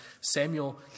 Samuel